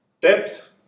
depth